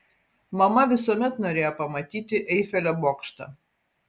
mama visuomet norėjo pamatyti eifelio bokštą